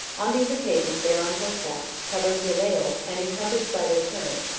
on these occasions, they are on horseback, covered with a veil, and encompassed by their parents,